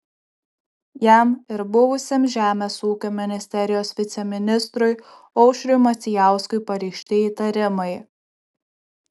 jam ir buvusiam žemės ūkio ministerijos viceministrui aušriui macijauskui pareikšti įtarimai